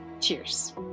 cheers